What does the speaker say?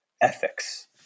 ethics